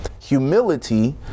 Humility